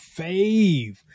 fave